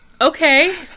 Okay